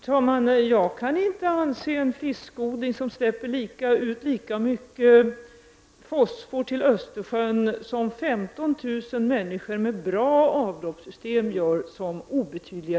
Herr talman! Jag kan inte anse att utsläppen från en fiskodling i Östersjön av lika mycket fosfor som utsläpp från bra avloppssystem från 15 000 människor är obetydliga eller marginella.